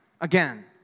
Again